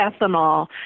ethanol